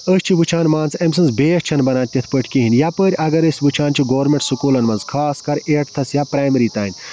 أسۍ چھِ وٕچھان مان ژٕ أمۍ سٕنٛز بیس چھَنہٕ بنان تِتھ پٲٹھۍ کِہیٖنۍ یَپٲرۍ اَگر أسۍ وٕچھان چھِ گورمٮ۪نٛٹ سُکوٗلَن منٛز خاص کر ایٹتھَس یا پرٛیمری تام